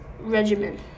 regimen